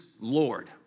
Lord